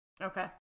Okay